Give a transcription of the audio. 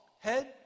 head